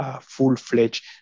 full-fledged